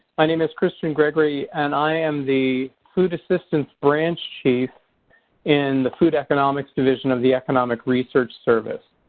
my name is christian gregory and i am the food assistance branch chief in the food economics division of the economic research service.